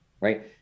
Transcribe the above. Right